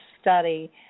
study